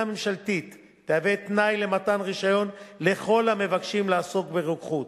ממשלתית תהיה תנאי למתן רשיון לכל המבקשים לעסוק ברוקחות.